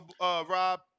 Rob